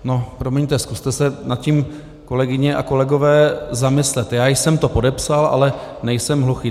No promiňte, zkuste se nad tím, kolegyně a kolegové, zamyslet: já jsem to podepsal, ale nejsem hluchý.